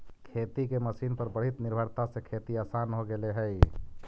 खेती के मशीन पर बढ़ीत निर्भरता से खेती आसान हो गेले हई